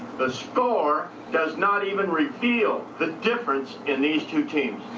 the score does not even reveal the difference in these two teams.